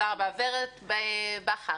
ורד בכר,